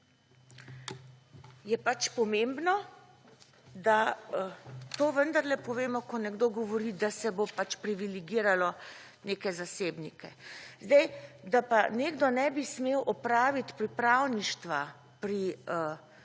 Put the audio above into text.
je pač pomembno, da to vendarle povemo ko nekdo govori, da se bo pač privilegiralo neke zasebnike. Da pa nekdo ne bi smel opraviti pripravništva pri